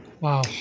Wow